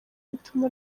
bituma